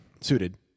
suited